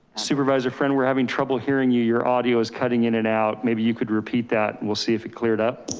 supervisor, friend. we're having trouble hearing you. your audio is cutting in and out. maybe you could repeat that and we'll see if it cleared up.